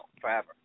forever